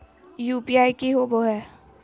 UPI की होबो है?